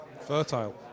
Fertile